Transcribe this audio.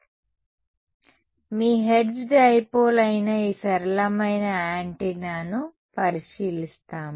కాబట్టి మేము మీ హెర్ట్జ్ డైపోల్ అయిన ఈ సరళమైన యాంటెన్నాను పరిశీలిస్తాము